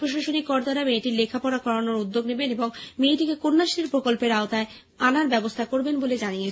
প্রশাসনিক কর্তারা মেয়েটির লেখাপড়া কারানোর উদ্যোগ নেবেন এবং মেয়েটিকে কণ্যাশ্রী প্রকল্পের আওতায় আনার ব্যবস্থা করবেন বলে জানিয়েছেন